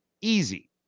easy